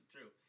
True